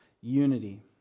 unity